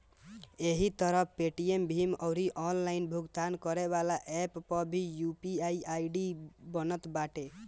एही तरही पेटीएम, भीम अउरी ऑनलाइन भुगतान करेवाला एप्प पअ भी यू.पी.आई आई.डी बनत बाटे